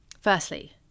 firstly